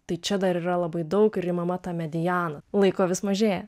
tai čia dar yra labai daug ir imama ta mediana laiko vis mažėja